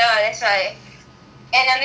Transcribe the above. and the video shoot வேற பண்ணனும்:vera pannanum